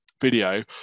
video